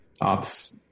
ops